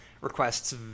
requests